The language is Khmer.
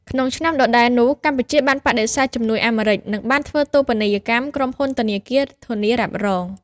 ក្នុងឆ្នាំដដែលនោះ កម្ពុជាបានបដិសេធជំនួយអាមេរិក និងបានធ្វើ តូបនីយកម្ម ក្រុមហ៊ុនធនាគារធានារ៉ាប់រង។